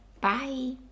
bye